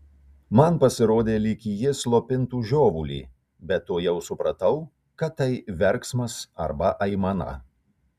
man pasirodė lyg ji slopintų žiovulį bet tuojau supratau kad tai verksmas arba aimana